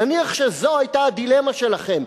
נניח שזו היתה הדילמה שלכם,